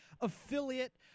affiliate